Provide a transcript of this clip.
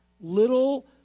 little